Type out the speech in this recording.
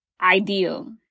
ideal